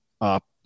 up